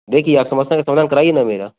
देखिए आप समस्या का समाधान कराइए ना मेरा